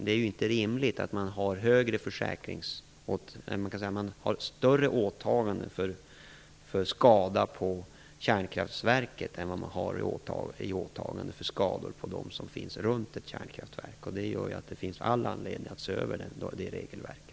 Det är inte rimligt att man har ett större åtagande för skada på ett kärnkraftverk än för skador på de människor som finns runt ett kärnkraftverk. Detta gör att det finns all anledning att se över regelverket.